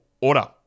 order